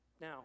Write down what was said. Now